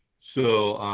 so,